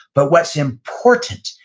but what's important,